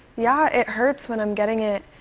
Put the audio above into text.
yeah, it hurts when i'm getting it